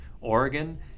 Oregon